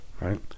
Right